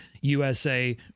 USA